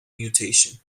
mutation